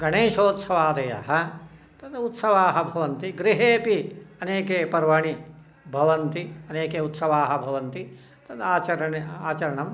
गणेशोत्सवादयः तदुत्सवाः भवन्ति गृहेपि अनेके पर्वाणि भवन्ति अनेके उत्सवाः भवन्ति तदाचरणे आचरणे आचरणं